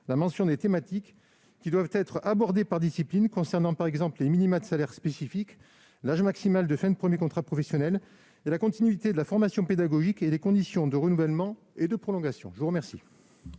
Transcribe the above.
la mention des thématiques qui doivent être abordées par discipline concernant, par exemple, les minima de salaires spécifiques, l'âge maximal de fin de premier contrat professionnel et la continuité de la formation pédagogique, ainsi que les conditions de renouvellement et de prolongation. La parole